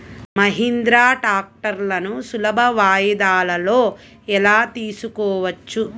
మహీంద్రా ట్రాక్టర్లను సులభ వాయిదాలలో ఎలా తీసుకోవచ్చు?